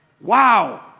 wow